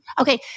Okay